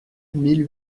mille